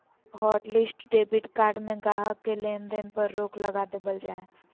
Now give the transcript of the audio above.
hotlist debit card में गाहक़ के लेन देन पर रोक लगा देबल जा हय